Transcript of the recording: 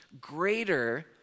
greater